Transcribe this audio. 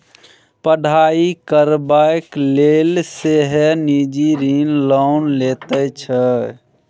पढ़ाई करबाक लेल सेहो निजी ऋण लोक लैत छै